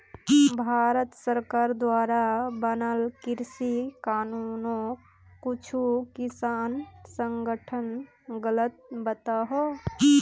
भारत सरकार द्वारा बनाल कृषि कानूनोक कुछु किसान संघठन गलत बताहा